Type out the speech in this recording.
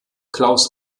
klaus